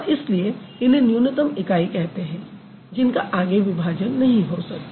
और इसलिए इन्हें न्यूनतम इकाई कहते हैं जिनका आगे विभाजन नहीं हो सकता